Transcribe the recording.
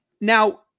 Now